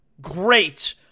great